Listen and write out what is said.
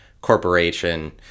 corporation